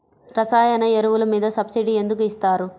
రసాయన ఎరువులు మీద సబ్సిడీ ఎందుకు ఇస్తారు?